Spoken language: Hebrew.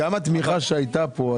גם התמיכה שהייתה פה,